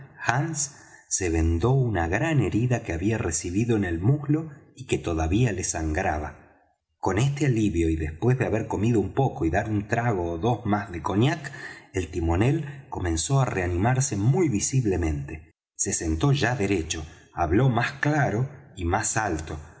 hands se vendó una gran herida que había recibido en el muslo y que todavía le sangraba con este alivio y después de haber comido un poco y dar un trago ó dos más de cognac el timonel comenzó á reanimarse muy visiblemente se sentó ya derecho habló más claro y más alto